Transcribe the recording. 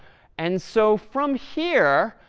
and so from here,